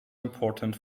important